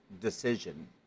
decision